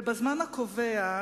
ובזמן הקובע,